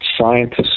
scientists